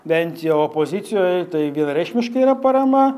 bent jau opozicijoj tai vienareikšmiškai yra parama